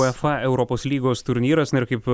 uefa europos lygos turnyras na ir kaip